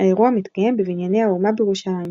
האירוע מתקיים בבניני האומה בירושלים.